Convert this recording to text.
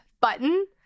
button